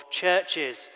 churches